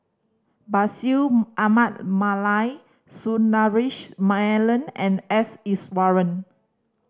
Bashir Ahmad Mallal Sundaresh Menon and S Iswaran